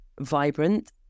vibrant